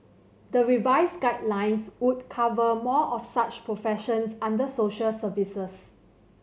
the revised guidelines would cover more of such professions under social services